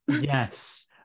Yes